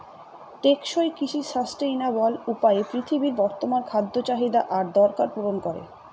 টেকসই কৃষি সাস্টেইনাবল উপায়ে পৃথিবীর বর্তমান খাদ্য চাহিদা আর দরকার পূরণ করে